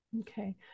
Okay